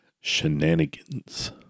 Shenanigans